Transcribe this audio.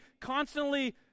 constantly